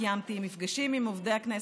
קיימתי מפגשים עם עובדי הכנסת.